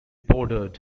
bordered